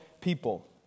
people